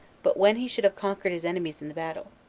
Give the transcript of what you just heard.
but when he should have conquered his enemies in the battle.